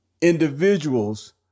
individuals